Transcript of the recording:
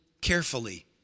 carefully